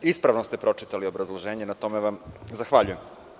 Ispravno ste pročitali obrazloženje i na tome vam zahvaljujem.